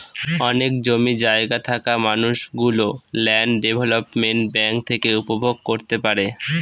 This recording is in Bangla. অনেক জমি জায়গা থাকা মানুষ গুলো ল্যান্ড ডেভেলপমেন্ট ব্যাঙ্ক থেকে উপভোগ করতে পারে